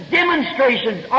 demonstrations